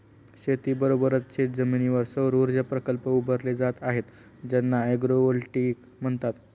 शेतीबरोबरच शेतजमिनीवर सौरऊर्जा प्रकल्प उभारले जात आहेत ज्यांना ॲग्रोव्होल्टेईक म्हणतात